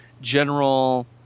general